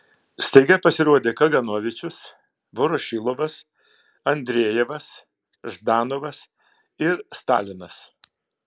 staiga pasirodė kaganovičius vorošilovas andrejevas ždanovas ir stalinas